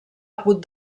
hagut